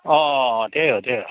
अँ त्यही हो त्यही हो